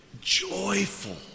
Joyful